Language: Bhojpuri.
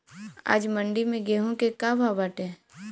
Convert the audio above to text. आज मंडी में गेहूँ के का भाव बाटे?